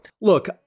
Look